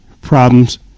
problems